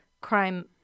crime